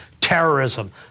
terrorism